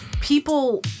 people